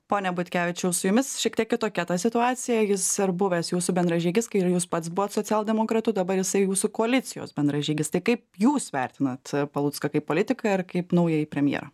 pone butkevičiau su jumis šiek tiek kitokia situacija jis ar buvęs jūsų bendražygis kai ir jūs pats buvot socialdemokratu dabar jisai jūsų koalicijos bendražygis tai kaip jūs vertinat palucką kaip politiką ir kaip naująjį premjerą